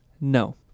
No